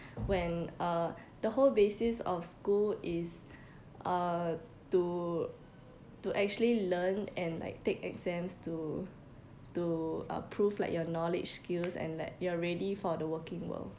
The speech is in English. when uh the whole basis of school is uh to to actually learn and like take exams to to uh prove like your knowledge skills and like you are ready for the working world